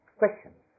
questions